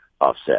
offset